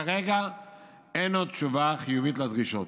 כרגע אין עוד תשובה חיובית לדרישות,